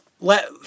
let